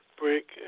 break